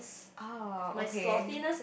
oh okay